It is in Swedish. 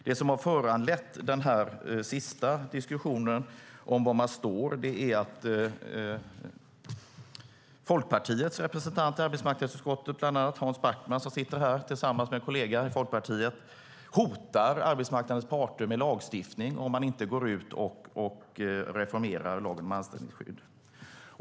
Det som har föranlett den senaste diskussionen om var man står är att bland andra Folkpartiets representant i arbetsmarknadsutskottet, som sitter här tillsammans med en kollega i Folkpartiet, hotar arbetsmarknadens parter med lagstiftning om man inte går ut och reformerar lagen om anställningsskydd.